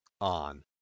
on